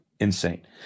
Insane